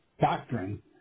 doctrine